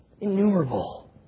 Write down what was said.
innumerable